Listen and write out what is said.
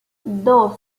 dos